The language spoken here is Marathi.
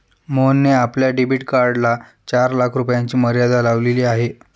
मोहनने आपल्या डेबिट कार्डला चार लाख रुपयांची मर्यादा लावलेली आहे